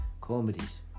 comedies